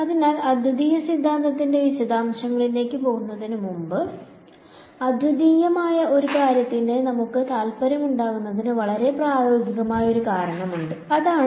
അതിനാൽ അദ്വിതീയ സിദ്ധാന്തത്തിന്റെ വിശദാംശങ്ങളിലേക്ക് പോകുന്നതിന് മുമ്പ് അദ്വിതീയമായ ഒരു കാര്യത്തിൽ നമുക്ക് താൽപ്പര്യമുണ്ടാകുന്നതിന് വളരെ പ്രായോഗികമായ ഒരു കാരണമുണ്ട് അതാണ്